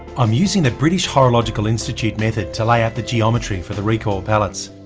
i'm using the british horological institute method to lay out the geometry for the recoil pallets,